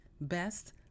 best